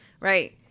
right